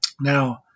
Now